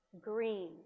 green